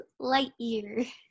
Lightyear